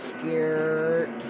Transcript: Scared